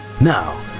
Now